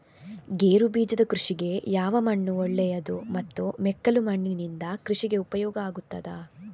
ಗೇರುಬೀಜದ ಕೃಷಿಗೆ ಯಾವ ಮಣ್ಣು ಒಳ್ಳೆಯದು ಮತ್ತು ಮೆಕ್ಕಲು ಮಣ್ಣಿನಿಂದ ಕೃಷಿಗೆ ಉಪಯೋಗ ಆಗುತ್ತದಾ?